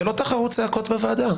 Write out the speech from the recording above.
זו לא תחרות צעקות בוועדה.